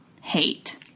hate